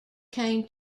came